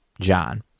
John